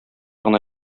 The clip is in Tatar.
гына